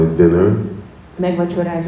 dinner